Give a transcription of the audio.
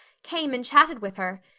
came and chatted with her,